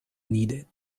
needed